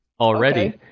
already